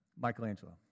Michelangelo